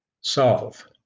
solve